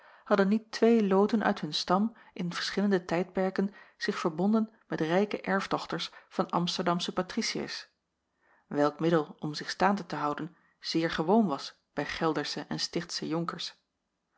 hadden niet twee loten uit hun stam in verschillende tijdperken zich verbonden met rijke erfdochters van amsterdamsche patriciërs welk middel om zich staande te houden zeer gewoon was bij geldersche en stichtsche jonkers